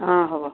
অঁ হ'ব